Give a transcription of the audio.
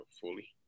fully